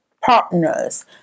partners